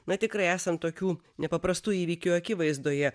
na tikrai esant tokių nepaprastų įvykių akivaizdoje